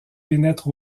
pénètre